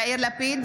אינו נוכח סימון